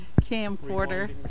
camcorder